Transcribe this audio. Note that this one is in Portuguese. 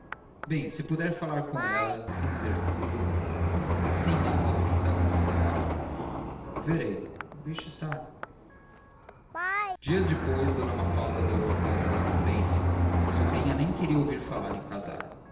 bem se puder falar com ela sem dizer tudo assim a modo de indagação verei deixe estar dias depois d mafalda deu-me conta da incumbência a sobrinha nem queria ouvir falar em casar